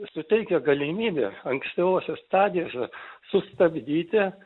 suteikia galimybę ankstyvose stadijose sustabdyti